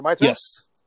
Yes